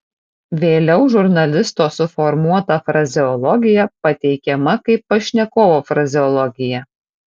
vėliau žurnalisto suformuota frazeologija pateikiama kaip pašnekovo frazeologija